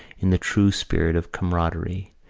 in the true spirit of camaraderie,